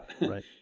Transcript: Right